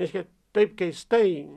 reiškia taip keistai